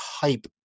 hype